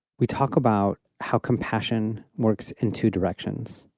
we talk about how compassion works in two directions,